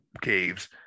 caves